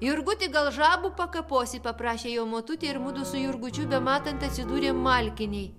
jurguti gal žabų pakaposi paprašė jo motutė ir mudu su jurgučiu bematant atsidūrėm malkinėj